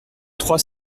trois